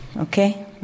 okay